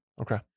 Okay